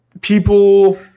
People